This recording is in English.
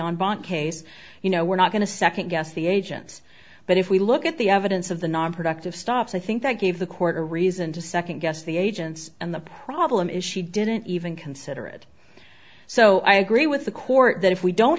case you know we're not going to second guess the agents but if we look at the evidence of the nonproductive stops i think that gave the court a reason to second guess the agents and the problem is she didn't even consider it so i agree with the court that if we don't